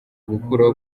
gukuraho